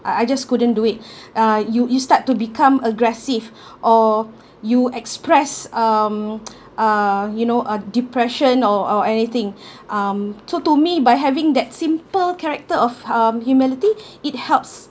I just couldn't do it uh you you start to become aggressive or you express um uh you know uh depression or or anything um so to me by having that simple character of um humility it helps